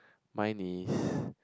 mine is